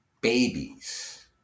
Babies